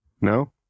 no